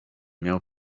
miał